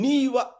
Niwa